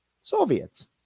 Soviets